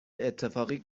اتفاقی